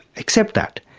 accept that,